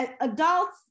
Adults